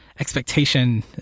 Expectation